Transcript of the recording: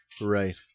Right